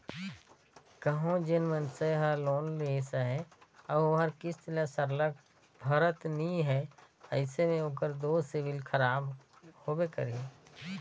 कहों जेन मइनसे हर लोन लेहिस अहे अउ ओहर किस्त ल सरलग भरत नी हे अइसे में ओकर दो सिविल खराब होबे करही